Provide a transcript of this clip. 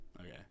Okay